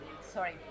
sorry